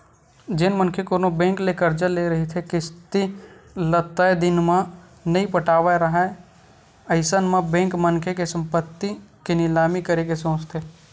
जेन मनखे कोनो बेंक ले करजा ले रहिथे किस्ती ल तय दिन म नइ पटावत राहय अइसन म बेंक मनखे के संपत्ति के निलामी करे के सोचथे